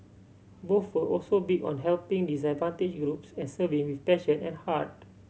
both were also big on helping disadvantaged groups and serving with passion and heart